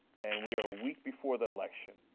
and we are a week before the election,